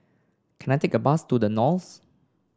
can I take a bus to The Knolls